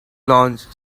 launch